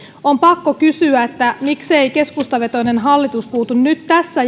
on pakko kysyä miksei keskustavetoinen hallitus puutu nyt tässä